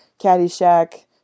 Caddyshack